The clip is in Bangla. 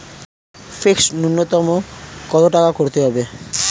ফিক্সড নুন্যতম কত টাকা করতে হবে?